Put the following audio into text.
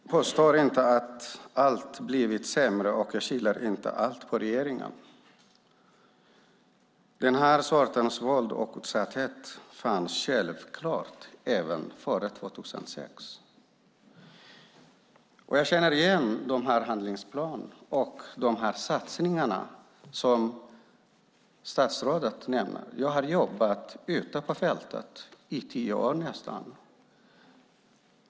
Fru talman! Jag påstår inte att allt har blivit sämre, och jag skyller inte allt på regeringen. Den här sortens våld och utsatthet fanns självklart även före 2006. Jag känner igen handlingsplanerna och satsningarna som statsrådet nämner. Jag har jobbat ute på fältet i nästan tio år.